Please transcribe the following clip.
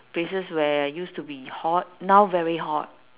places where used to be hot now very hot